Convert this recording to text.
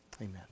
Amen